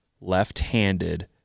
left-handed